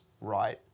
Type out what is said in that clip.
right